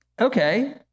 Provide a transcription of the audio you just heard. okay